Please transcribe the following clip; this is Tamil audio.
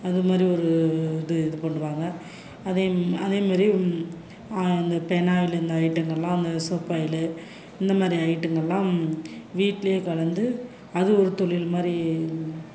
அது மாதிரி ஒரு இது இது பண்ணுவாங்க அதே அதே மாதிரி இந்த பினாயிலு இந்த ஐட்டங்கள்லாம் அந்த சோப்பாயிலு இந்த மாதிரி ஐட்டம் எல்லாம் வீட்டில் கலந்து அது ஒரு தொழில் மாதிரி